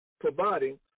providing